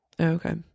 Okay